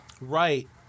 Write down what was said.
Right